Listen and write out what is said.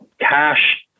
cash